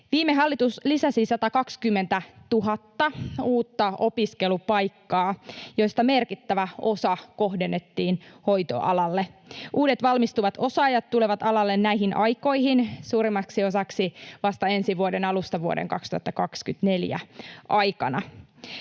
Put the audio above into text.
Viime hallitus lisäsi 120 000 uutta opiskelupaikkaa, joista merkittävä osa kohdennettiin hoitoalalle. Uudet valmistuvat osaajat tulevat alalle näihin aikoihin, suurimmaksi osaksi vasta ensi vuoden alusta, vuoden 2024 aikana.